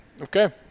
Okay